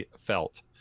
felt